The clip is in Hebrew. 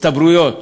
הסתברויות.